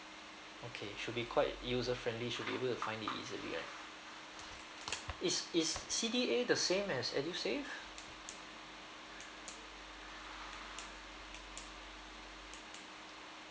okay should be quite user friendly should be able to find it easily right is is C_D_A the same as edusave